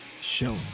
show